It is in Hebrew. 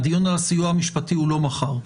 הדיון על הסיוע המשפטי הוא לא מחר.